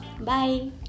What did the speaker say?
Bye